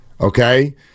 Okay